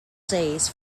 days